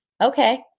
okay